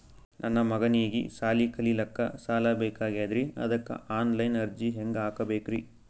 ನನ್ನ ಮಗನಿಗಿ ಸಾಲಿ ಕಲಿಲಕ್ಕ ಸಾಲ ಬೇಕಾಗ್ಯದ್ರಿ ಅದಕ್ಕ ಆನ್ ಲೈನ್ ಅರ್ಜಿ ಹೆಂಗ ಹಾಕಬೇಕ್ರಿ?